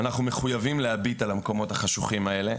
אנחנו מחויבים להביט על המקומות החשוכים האלה,